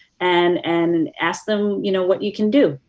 and and ask them, you know, what you can do.